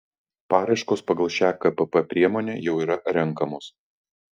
paraiškos pagal šią kpp priemonę jau yra renkamos